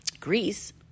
Greece